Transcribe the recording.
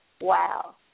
wow